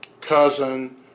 cousin